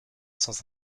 sans